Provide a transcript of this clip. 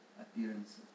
appearances